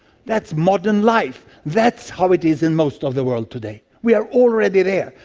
that's modern life, that's how it is in most of the world today. we are already there.